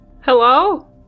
Hello